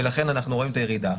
ולכן אנחנו רואים את הירידה.